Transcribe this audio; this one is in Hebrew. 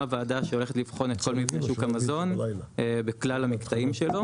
ועדה שהולכת לבחון את כל מבנה שוק המזון בכלל המקטעים שלו,